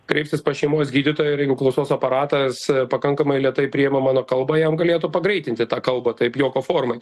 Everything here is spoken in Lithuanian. kreiptis pas šeimos gydytoją ir jeigu klausos aparatas pakankamai lėtai priima mano kalbą jam galėtų pagreitinti tą kalbą taip juoko formoj